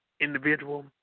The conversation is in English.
individual